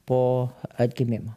po atgimimo